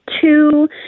two